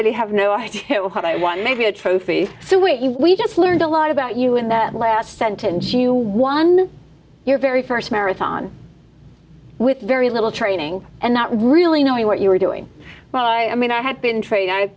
a have no idea what i want maybe a trophy so we just learned a lot about you in that last sentence you won your very st marathon with very little training and not really knowing what you were doing well i mean i had been traded i've